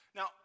Now